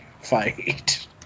fight